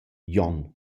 jon